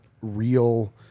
real